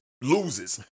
loses